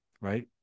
right